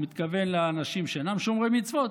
הוא מתכוון לאנשים שאינם שומרי מצוות,